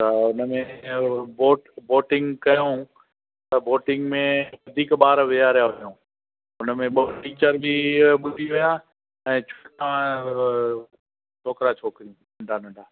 त हुनमें अहिड़ो बोट बोटिंग कयूं त बोटिंग में वधीक ॿार विहारिया हुयूं हुनमें ॿ टीचर बि ॿुॾी विया ऐं छोकिरा छोकिरियूं नंढा नंढा